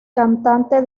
cantante